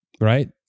right